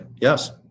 Yes